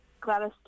Gladys